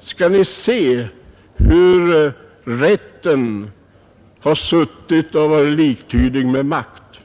skall ni se hur rätten har varit liktydig med makt.